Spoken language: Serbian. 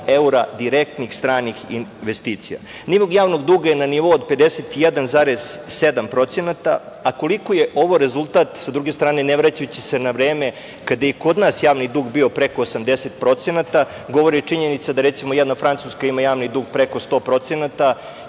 evra direktnih stranih investicija. Nivo javnog duga je na nivou od 51,7%, a koliko je ovo rezultat, sa druge strane ne vraćajući na vreme kada je i kod nas javni dug bio preko 80%, govori činjenica da recimo jedna Francuska ima javni dug preko 100%, jedna